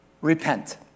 Repent